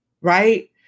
right